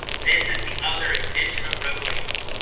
this is the other edition of revelation